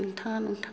नोंथाङा नोंथां